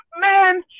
man